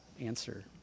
answer